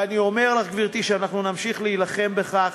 ואני אומר לך, גברתי, שאנחנו נמשיך להילחם בכך